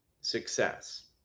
success